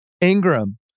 Ingram